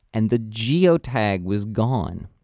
and the geotag was gone.